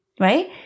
Right